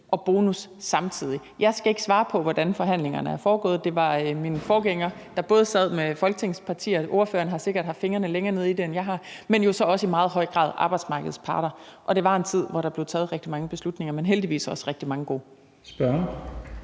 en bonus samtidig. Jeg skal ikke svare på, hvordan forhandlingerne er foregået; det var min forgænger, der sad både med Folketingets partier – ordføreren har sikkert haft fingrene længere nede i det, end jeg har – men jo i meget høj grad også sammen med arbejdsmarkedets parter, og det var en tid, hvor der blev taget rigtig mange beslutninger, men heldigvis også rigtig mange gode